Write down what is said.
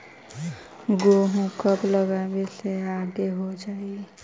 गेहूं कब लगावे से आगे हो जाई?